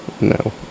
No